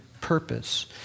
purpose